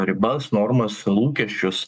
ribas normas lūkesčius